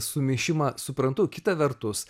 sumišimą suprantu kita vertus